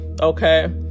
Okay